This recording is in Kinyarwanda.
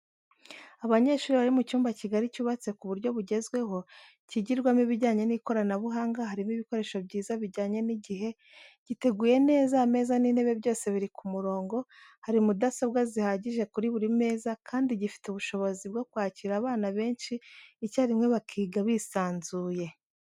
Abanyeshuri bari cyumba kigari cyubatse ku buryo bwugezweho kigirwamo ibijyanye n'ikoranabuhanga harimo ibikoresho byiza bijyanye n'igihe, giteguye neza ameza n'intebe byose biri ku murongo, hari mudasobwa zihagije kuri buri meza kandi gifite ubushobozi bwo kwakira abana benshi icyarimwe bakiga bisanzuye.